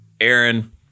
Aaron